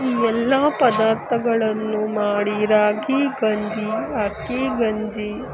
ಎಲ್ಲ ಪದಾರ್ಥಗಳನ್ನು ಮಾಡಿ ರಾಗಿ ಗಂಜಿ ಅಕ್ಕಿ ಗಂಜಿ